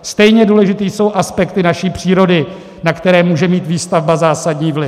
Stejně důležité jsou aspekty naší přírody, na které může mít výstavba zásadní vliv.